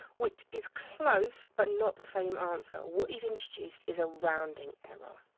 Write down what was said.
which is close, but not the same answer. what you've introduced is a rounding error.